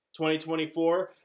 2024